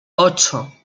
ocho